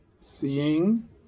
seeing